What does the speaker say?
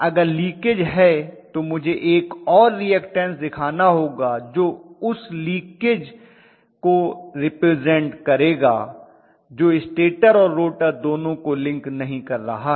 अगर लीकेज है तो मुझे एक और रिएक्टेंस दिखाना होगा जो उस लीकेज को रिप्रेजेंट करेगा जो स्टेटर और रोटर दोनों को लिंक नहीं कर रहा है